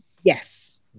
Yes